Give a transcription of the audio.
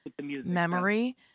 memory